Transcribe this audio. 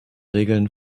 regeln